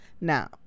now